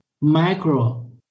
micro